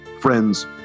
Friends